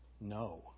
No